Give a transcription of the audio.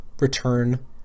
return